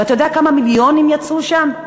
ואתה יודע כמה מיליונים יצאו שם?